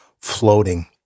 floating